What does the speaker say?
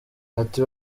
ati